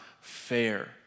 fair